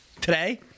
Today